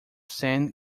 sand